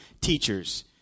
teachers